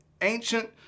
ancient